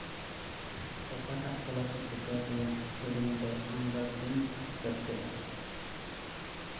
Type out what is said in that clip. ᱚᱠᱟᱴᱟᱜ ᱪᱚᱞᱚᱛ ᱪᱤᱛᱟᱹᱨ ᱨᱮᱭᱟᱜ ᱥᱮᱨᱮᱧ ᱨᱮ ᱟᱢ ᱵᱟᱹᱲᱛᱤᱧ ᱨᱟᱹᱥᱠᱟᱹᱜᱼᱟ